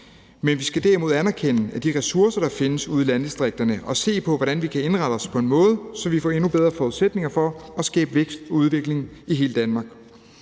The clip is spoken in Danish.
men vi skal derimod anerkende de ressourcer, der findes ude i landdistrikterne, og se på, hvordan vi kan indrette os på en måde, så vi får endnu bedre forudsætninger for at skabe vækst og udvikling i hele Danmark.